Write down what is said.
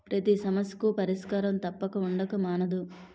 పతి సమస్యకు పరిష్కారం తప్పక ఉండక మానదు